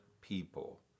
people